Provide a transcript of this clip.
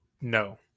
No